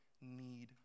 need